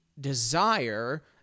desire